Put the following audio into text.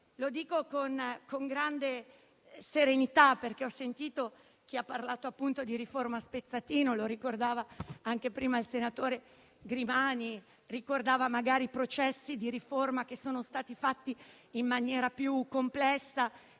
parlo con grande serenità perché ho sentito chi ha parlato di riforma spezzatino; lo ricordava anche prima il senatore Grimani: ricordava processi di riforma che sono stati fatti in maniera più complessa